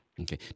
Okay